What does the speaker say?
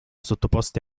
sottoposti